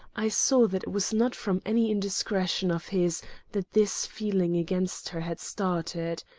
i saw that it was not from any indiscretion of his that this feeling against her had started.